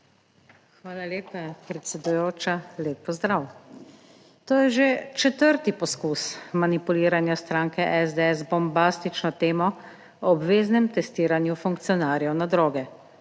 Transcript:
Hvala lepa, predsedujoča. Lep pozdrav. To je že četrti poskus manipuliranja stranke SDS z bombastično temo o obveznem testiranju funkcionarjev na droge